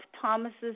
Thomas's